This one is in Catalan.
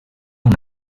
una